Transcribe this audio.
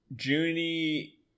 Junie